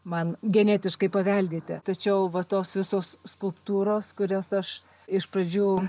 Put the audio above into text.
man genetiškai paveldėti tačiau va tos visos skulptūros kurias aš iš pradžių